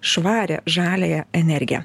švarią žaliąją energiją